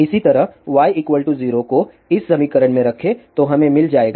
इसी तरह y 0 को इस समीकरण में रखें तो हमें मिल जाएगा